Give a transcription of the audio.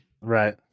Right